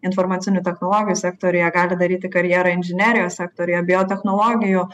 informacinių technologijų sektoriuje gali daryti karjerą inžinerijos sektoriuje biotechnologijų